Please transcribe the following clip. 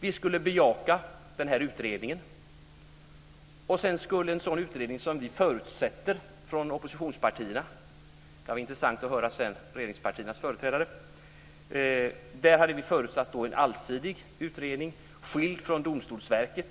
Vi skulle bejaka utredningen. Vi från oppositionspartierna förutsätter att det blir en allsidig utredning skild från Domstolsverket.